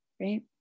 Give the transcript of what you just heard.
Right